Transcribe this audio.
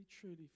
truly